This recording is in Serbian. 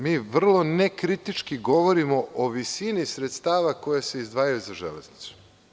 Mi vrlo nekritički govorimo o visini sredstava koja se izdvajaju za železnicu.